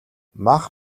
мах